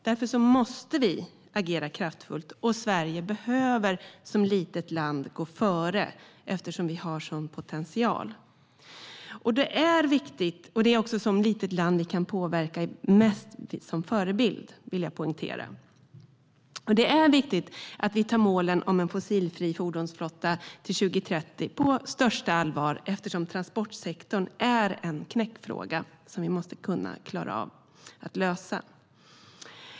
Därför måste vi agera kraftfullt, och Sverige behöver som litet land gå före eftersom vi har en sådan potential. Sverige som ett litet land kan påverka genom att vara en förebild. Det är viktigt att vi tar målen om en fossilfri fordonsflotta till 2030 på största allvar eftersom transportsektorn är en knäckfråga som vi måste klara att lösa.